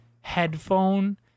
headphone